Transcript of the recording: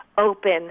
open